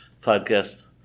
podcast